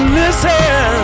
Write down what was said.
listen